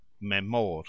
memor